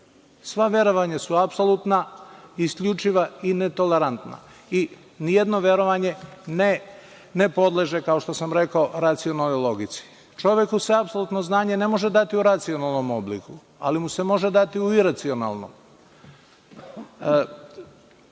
Sva verovanja su apsolutna i isključiva i netolerantna. Nijedno verovanje ne podleže, kao što sam rekao racionalnoj logici. Čoveku se apsolutno znanje ne može dati u racionalnom obliku, ali mu se može dati u iracionalnom. Što